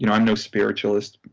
you know i'm no spiritualist,